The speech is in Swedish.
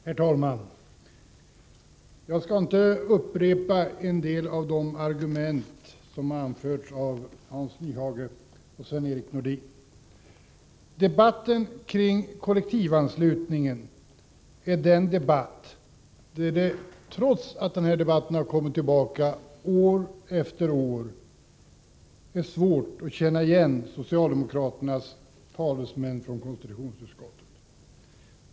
Herr talman! Jag skall inte upprepa vissa av de argument som har anförts av Hans Nyhage och Sven-Erik Nordin. Debatten kring kollektivanslutningen är en debatt där det, trots att debatten har kommit tillbaka år efter år, är svårt att känna igen socialdemokraternas talesmän från konstitutionsutskottet.